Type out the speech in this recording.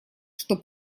что